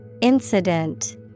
Incident